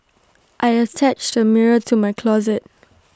I attached A mirror to my closet